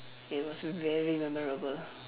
it was very memorable